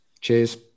Cheers